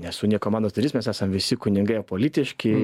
nesu nei komandos narys mes esam visi kunigai apolitiški